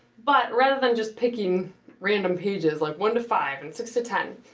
but, rather than just picking random pages like, one to five and six to ten,